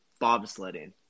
Bobsledding